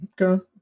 Okay